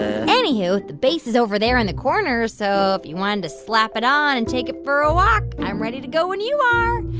uh anywho, the bass is over there in the corner, so if you wanted to slap it on and take it for a walk, i'm ready to go when you are.